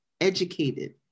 educated